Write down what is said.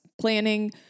planning